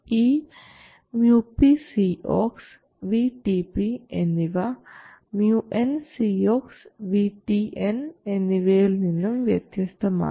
ഈ µpCox VTP എന്നിവ µnCox VTN എന്നിവയിൽനിന്നും വ്യത്യസ്തമാകാം